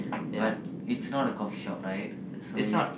but it's not a coffee shop right so you